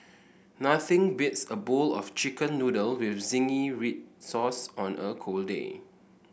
nothing beats a bowl of chicken noodle with zingy red sauce on a cold day